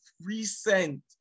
recent